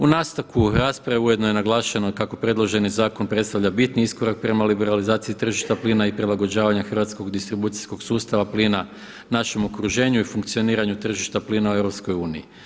U sastavku rasprave ujedno je naglašeno kako predloženi zakon predstavlja bitni iskorak prema liberalizaciji tržišta plina i prilagođavanja hrvatskog distribucijskog sustava plina našem okruženju i funkcioniranju tržišta plina u EU.